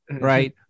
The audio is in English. right